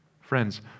friends